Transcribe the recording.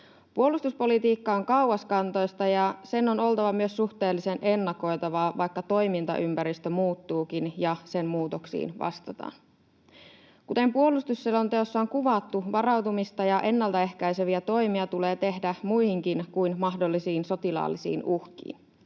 Puolustuspolitiikka on kauaskantoista, ja sen on oltava myös suhteellisen ennakoitavaa, vaikka toimintaympäristö muuttuukin ja sen muutoksiin vastataan. Kuten puolustusselonteossa on kuvattu, varautumista ja ennaltaehkäiseviä toimia tulee tehdä muidenkin kuin mahdollisten sotilaallisten uhkien